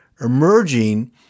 emerging